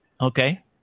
Okay